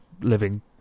living